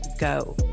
Go